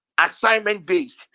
assignment-based